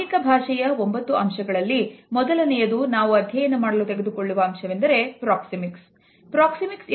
ಆಂಗಿಕ ಭಾಷೆಯ 9 ಅಂಶಗಳಲ್ಲಿ ಮೊದಲನೆಯದು ನಾವು ಅಧ್ಯಯನ ಮಾಡಲು ತೆಗೆದುಕೊಳ್ಳುವ ಅಂಶವೆಂದರೆ Proxemics ಪ್ರಾಕ್ಸಿಮಿಕ್ಸ್